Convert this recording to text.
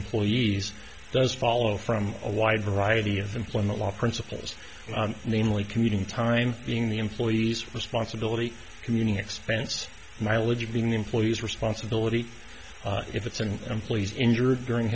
employees does follow from a wide variety of employment law principles namely commuting time being the employee's responsibility commuting expense mileage being employees responsibility if it's an employee is injured during